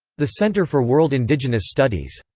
the center for world indigenous studies.